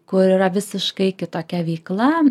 kur yra visiškai kitokia veikla